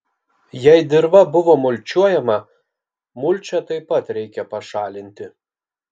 jei dirva buvo mulčiuojama mulčią taip pat reikia pašalinti